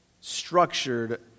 structured